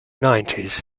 nineties